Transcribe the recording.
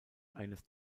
eines